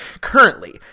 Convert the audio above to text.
Currently